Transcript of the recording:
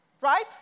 Right